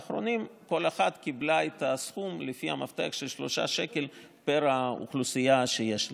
אחת קיבלה הסכום לפי המפתח של 3 שקלים כפול האוכלוסייה שיש לה.